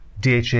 DHA